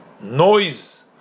noise